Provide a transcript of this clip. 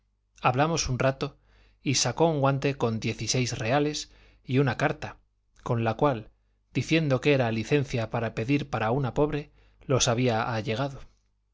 hablamos un rato y sacó un guante con diez y seis reales y una carta con la cual diciendo que era licencia para pedir para una pobre los había allegado